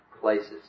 places